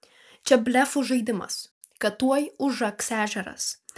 čia blefų žaidimas kad tuoj užaks ežeras